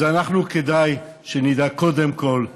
אז אנחנו, כדאי שנדאג קודם כול לעובד.